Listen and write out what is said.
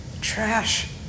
Trash